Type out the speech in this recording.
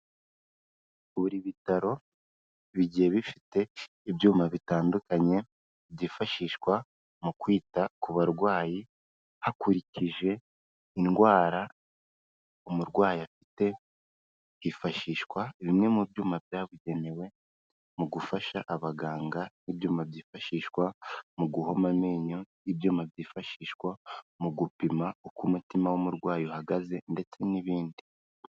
Buri bitaro bigiye bifite ibyuma bitandukanye byifashishwa mu kwita ku barwayi hakurikije indwara umurwayi afite; hifashishwa bimwe mu byuma byabugenewe mu gufasha abaganga, n'ibyuma byifashishwa mu guhoma amenyo, n'ibyuma byifashishwa mu gupima uko umutima w'umurwayi uhagaze ndetse n'ibindi.